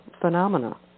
phenomena